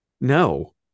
No